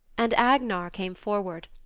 and agnar came forward,